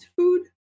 food